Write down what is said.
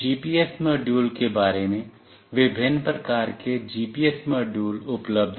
GPS module के बारे में विभिन्न प्रकार के जीपीएस मॉड्यूल उपलब्ध हैं